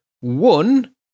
one